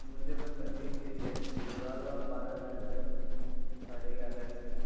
مجھے بس ابھی ہی چاہیے بھجوا دو آپ بارہ بجے تک ساڑھے گیارہ